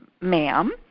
ma'am